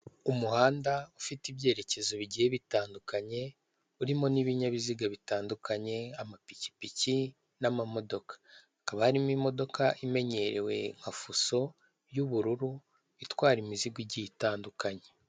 Umuhanda ufite ibyerekezo bigiye bitandukanye urimo n'ibinyabiziga bitandukanye, amapikipiki n'amamodoka. Hakaba harimo imodoka imenyerewe nka fuso y'ubururu itwara imizigo igiye itandukanye.